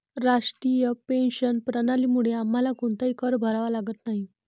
राष्ट्रीय पेन्शन प्रणालीमुळे आम्हाला कोणताही कर भरावा लागत नाही